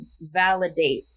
validate